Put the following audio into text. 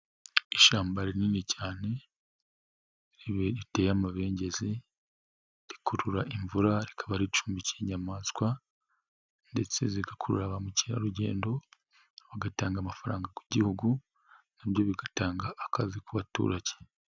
Ishyamba rinini cyane, ribe riteye amabengezi, rikurura imvura rikaba ricumbikiye inyamaswa, ndetse zigakurura ba mukerarugendo, bagatanga amafaranga ku gihugu, nabyo bigatanga akazi ku baturage.